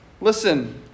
Listen